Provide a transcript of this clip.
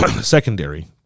secondary